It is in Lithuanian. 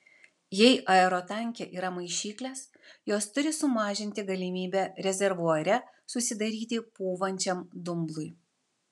jei aerotanke yra maišyklės jos turi sumažinti galimybę rezervuare susidaryti pūvančiam dumblui